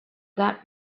that